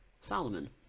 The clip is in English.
Solomon